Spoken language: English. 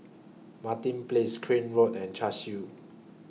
Martin Place Crane Road and Cashew